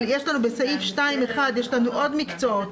אבל בסעיף 2(1) יש עוד מקצועות.